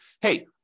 hey